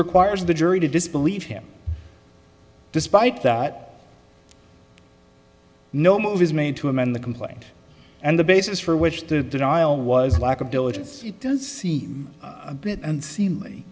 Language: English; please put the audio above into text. requires the jury to disbelieve him despite that no move is made to amend the complaint and the basis for which the dial was lack of diligence it does seem a bit unseemly